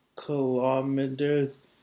Kilometers